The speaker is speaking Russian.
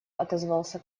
отозвался